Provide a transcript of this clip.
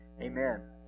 amen